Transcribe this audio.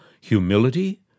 humility